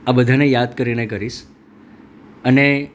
આ બધાને યાદ કરીને કરીશ અને